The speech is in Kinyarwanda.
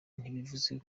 ntibivuze